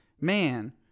man